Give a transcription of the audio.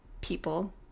people